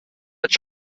such